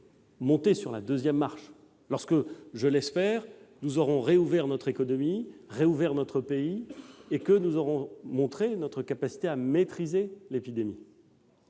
gravirons la deuxième marche, lorsque, je l'espère, nous aurons relancé notre économie, rouvert notre pays, et que nous aurons montré notre capacité à maîtriser l'épidémie,